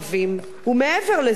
ומעבר לזה, שירות המילואים,